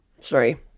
Sorry